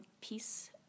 peace